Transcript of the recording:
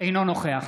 נוכח